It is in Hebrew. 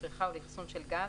לצריכה או לאחסון של גז,